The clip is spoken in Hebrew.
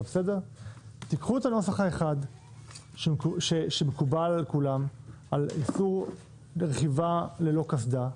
--- תיקחו את הנוסח האחד שמקובל על כולם על איסור רכיבה ללא קסדה,